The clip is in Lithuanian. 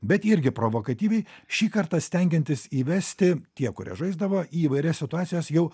bet irgi provokatyviai šį kartą stengiantis įvesti tie kurie žaisdavo į įvairias situacijas jau